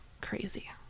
crazy